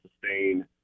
sustain